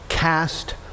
Cast